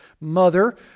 mother